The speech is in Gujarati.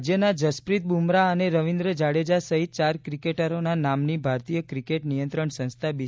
રાજ્યના જસપ્રીત બુમરાહ અને રવિન્દ્ર જાડેજા સહિત ચાર ક્રિકેટરોના નામની ભારતીય ક્રિકેટ નિયંત્રણ સંસ્થા બી